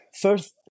first